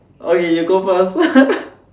okay you go first